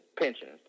pensions